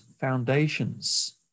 foundations